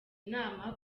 inama